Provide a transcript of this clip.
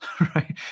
right